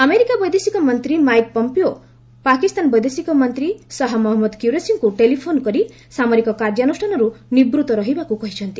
America ବୈଦେଶିକ ମନ୍ତ୍ରୀ Mike Pompeo Pakistan ବୈଦେଶିକ ମନ୍ତ୍ରୀ ଶାହା ମହମ୍ମଦ କୁରେସିଙ୍କୁ ଟେଲିଫୋନ୍ କରି ସାମରିକ କାର୍ଯ୍ୟାନୁଷ୍ଠାନରୁ ନିବୂତ୍ତ ରହିବାକୁ କହିଛନ୍ତି